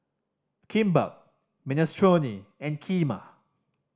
Kimbap Minestrone and Kheema